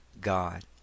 God